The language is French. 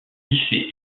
lycée